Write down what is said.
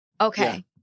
Okay